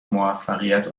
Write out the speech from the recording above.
موفقیت